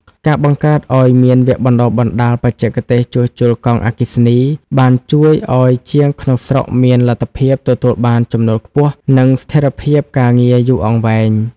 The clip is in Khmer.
ការបង្កើតឱ្យមានវគ្គបណ្តុះបណ្តាលបច្ចេកទេសជួសជុលកង់អគ្គិសនី បានជួយឱ្យជាងក្នុងស្រុកមានលទ្ធភាពទទួលបានចំណូលខ្ពស់ និងស្ថិរភាពការងារយូរអង្វែង។